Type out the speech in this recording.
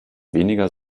weniger